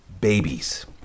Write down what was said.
babies